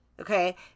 okay